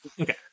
Okay